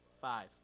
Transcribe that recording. five